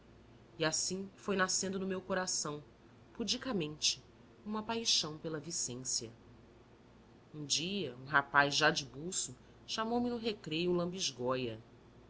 e assim foi nascendo no meu coração pudicamente uma paixão pela vicência um dia um rapaz já de buço chamou-me no recreio lambisgóia